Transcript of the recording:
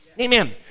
Amen